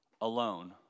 alone